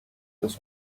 this